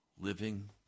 living